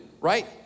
right